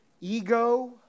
Ego